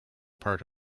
part